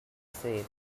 say